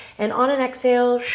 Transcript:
and on an exhale,